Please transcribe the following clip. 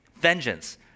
vengeance